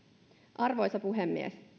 arvoisa puhemies